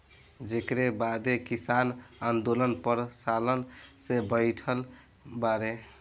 जेकरे बदे किसान आन्दोलन पर सालन से बैठल बाड़े